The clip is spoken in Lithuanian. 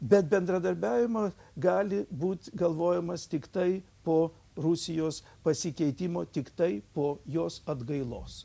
bet bendradarbiavimo gali būt galvojimas tiktai po rusijos pasikeitimo tiktai po jos atgailos